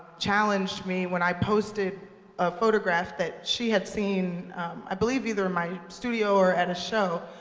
challenged me when i posted a photograph that she had seen i believe either in my studio or at a show.